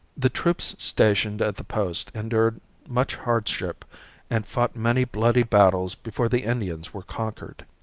the troops stationed at the post endured much hardship and fought many bloody battles before the indians were conquered.